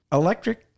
electric